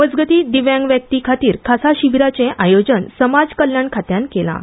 मजगती दिव्यांग व्यक्ती खातीर खासा शिबिरांचे आयोजन समाज कल्याण खात्यान केलां